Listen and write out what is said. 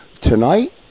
tonight